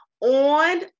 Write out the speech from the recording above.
on